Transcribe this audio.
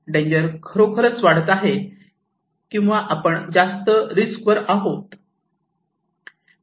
danger खरोखरच वाढत आहे किंवा आपण जास्त रिस्क वर आहोत